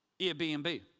Airbnb